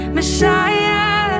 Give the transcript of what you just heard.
Messiah